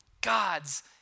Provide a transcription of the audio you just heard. God's